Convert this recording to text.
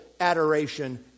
adoration